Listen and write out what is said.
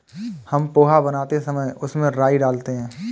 हम पोहा बनाते समय उसमें राई डालते हैं